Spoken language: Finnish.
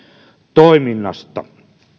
toiminnasta